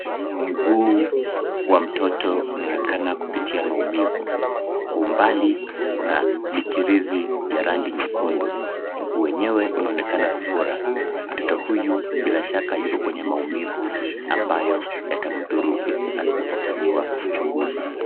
Mguu wa mtoto unaonekana kupitia maumivu. Kwa umbali kuna michirizi ya rangi nyekundu. Mguu wenyewe unaonekana kufura. Mtoto huyu bila shaka yuko kwenye maumivu ambayo yatamdhuru asipofanyiwa uchunguzi.